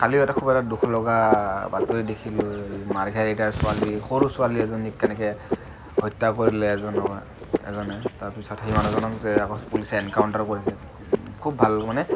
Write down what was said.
কালিও এটা খুব এটা দুখলগা বাতৰি দেখিলো মাৰ্ঘেৰিটাৰ ছোৱালী সৰু ছোৱালী এজনীক কেনেকে হত্যা কৰিলে এজনৰ এজনে তাৰপিছত সেই মানুহজনক যে আকৌ পুলিচে এনকাউন্টাৰ কৰিলে খুব ভাল মানে